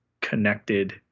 connected